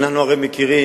אנחנו הרי מכירים